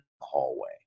hallway